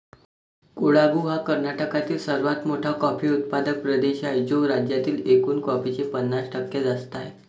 कोडागु हा कर्नाटकातील सर्वात मोठा कॉफी उत्पादक प्रदेश आहे, जो राज्यातील एकूण कॉफीचे पन्नास टक्के जास्त आहे